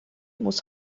muss